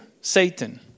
Satan